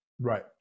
Right